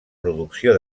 producció